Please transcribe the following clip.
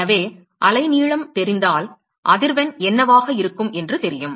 எனவே அலைநீளம் தெரிந்தால் அதிர்வெண் என்னவாக இருக்கும் என்று தெரியும்